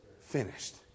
finished